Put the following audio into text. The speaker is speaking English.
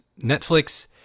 Netflix